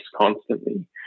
constantly